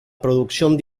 producción